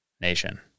nation